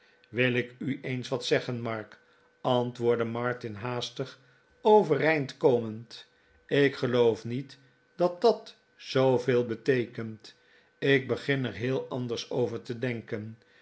wil ik u eens wat zeggen mark antwoordde martin haastig overeind komend ik geloof niet dat dat zooveel beteekent ik begin er heel anders over te denken